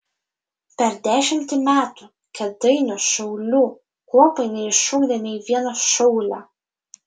per dešimtį metų kėdainių šaulių kuopai neišugdė nei vieno šaulio